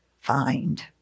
find